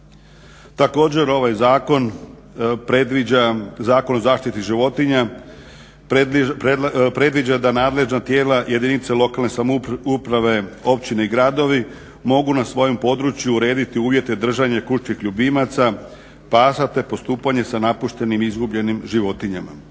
zakon predviđa, Zakon o zaštiti životinja predviđa da nadležna tijela jedinice lokalne samouprave, općine i gradovi mogu na svojem području urediti uvjete držanja kućnih ljubimaca pasa, te postupanje sa napuštenim i izgubljenim životinjama.